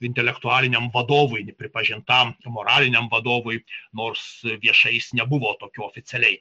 intelektualiniam vadovui nepripažintam moraliniam vadovui nors viešai jis nebuvo tokiu oficialiai